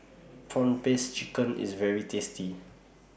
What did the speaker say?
Prawn Paste Chicken IS very tasty